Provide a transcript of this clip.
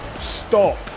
stop